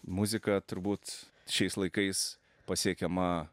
muzika turbūt šiais laikais pasiekiama